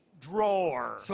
drawer